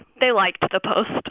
they liked but the post but